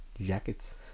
jackets